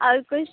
और कुछ